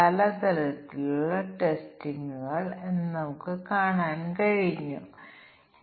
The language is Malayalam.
വളരെ നിസ്സാരമായ ഒരു കേസ് പക്ഷേ വ്യത്യസ്ത ഘടകങ്ങൾക്ക് നമുക്ക് കൂടുതൽ സങ്കീർണ്ണമായ സംസ്ഥാന പ്രാതിനിധ്യം ഉണ്ടായേക്കാം